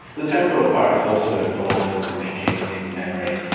the temporal part is also involved in thinking, in memory.